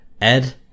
Ed